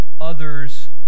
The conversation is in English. others